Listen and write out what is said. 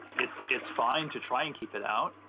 it's it's fine to try and keep it out,